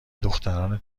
دختران